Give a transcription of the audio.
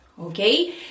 okay